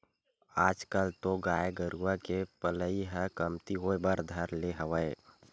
आजकल तो गाय गरुवा के पलई ह कमती होय बर धर ले हवय